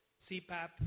CPAP